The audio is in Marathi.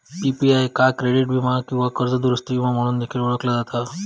पी.पी.आय का क्रेडिट वीमा किंवा कर्ज दुरूस्ती विमो म्हणून देखील ओळखला जाता